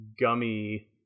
gummy